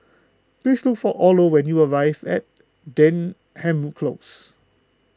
please look for Orlo when you arrive Denham Close